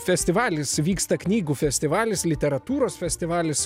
festivalis vyksta knygų festivalis literatūros festivalis